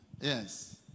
yes